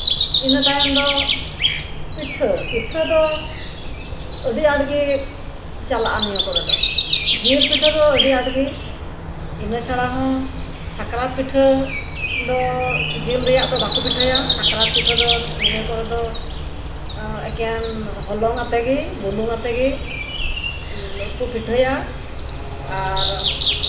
ᱤᱱᱟᱹᱛᱟᱭᱚᱢ ᱫᱚ ᱯᱤᱴᱷᱟᱹ ᱯᱤᱴᱷᱟᱹ ᱫᱚ ᱟᱹᱰᱤ ᱟᱸᱴᱜᱮ ᱪᱟᱞᱟᱜᱼᱟ ᱱᱤᱭᱟᱹ ᱠᱚᱨᱮ ᱫᱚ ᱡᱤᱞ ᱯᱤᱴᱷᱟᱹ ᱫᱚ ᱟᱹᱰᱤ ᱟᱸᱴᱜᱮ ᱤᱱᱟᱹ ᱪᱷᱟᱲᱟ ᱦᱚᱸ ᱪᱷᱟᱨᱟ ᱯᱤᱴᱷᱟᱹ ᱫᱚ ᱡᱤᱞ ᱨᱮᱭᱟᱜ ᱫᱚ ᱵᱟᱠᱚ ᱯᱤᱴᱷᱟᱹᱭᱟ ᱥᱟᱠᱨᱟ ᱯᱤᱴᱷᱟᱹ ᱫᱚ ᱱᱤᱭᱟᱹ ᱠᱚᱨᱮ ᱫᱚ ᱦᱚᱞᱚᱝ ᱟᱛᱮ ᱜᱮ ᱵᱩᱞᱩᱝ ᱟᱛᱮ ᱜᱮ ᱯᱤᱴᱷᱟᱹᱭᱟ ᱟᱨ